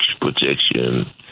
protection